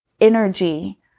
energy